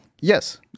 Yes